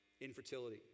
Infertility